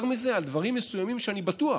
יותר מזה, בדברים מסוימים אני בטוח